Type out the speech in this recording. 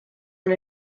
one